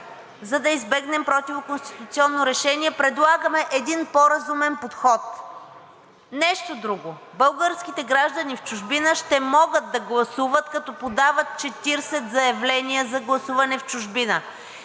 За да избегнем противоконституционно решение, предлагаме един по-разумен подход. Нещо друго. Българските граждани в чужбина ще могат да гласуват, като подават 40 заявления за гласуване в чужбина